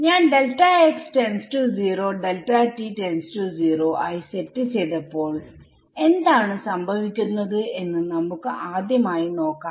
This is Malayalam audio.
ഞാൻ ആയി സെറ്റ് ചെയ്തപ്പോൾ എന്താണ് സംഭവിക്കുന്നത് എന്ന് നമുക്ക് ആദ്യം നോക്കാം